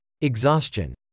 exhaustion